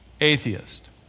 atheist